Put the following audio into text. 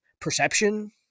perception